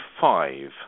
five